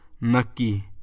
naki